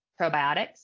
probiotics